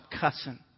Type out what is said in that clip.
cussing